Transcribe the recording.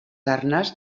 arnes